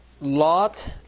Lot